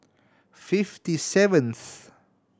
fifty seventh